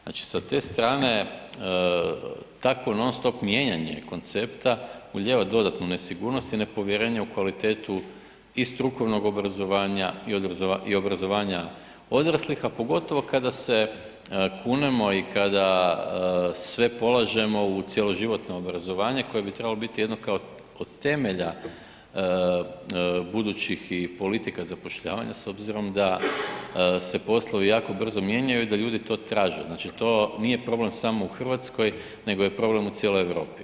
Znači, sa te strane, takvo non stop mijenjanje koncepta ulijeva dodatnu nesigurnost i nepovjerenje u kvalitetu i strukovnog obrazovanja i obrazovanja odraslih, a pogotovo kada se kunemo i kada sve polažemo u cjeloživotno obrazovanje koje bi trebalo biti jedno kao od temelja budućih i politika zapošljavanja s obzirom da se poslovi jako brzo mijenjaju i da ljudi to traže, znači to nije problem samo u RH, nego je problem u cijeloj Europi.